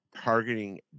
targeting